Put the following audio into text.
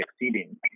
exceeding